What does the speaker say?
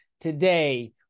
Today